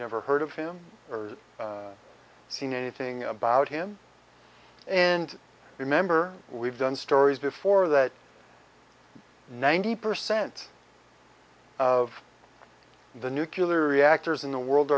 never heard of him or seen anything about him and remember we've done stories before that ninety percent of the nucular reactors in the world